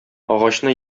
агачны